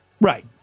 Right